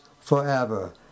forever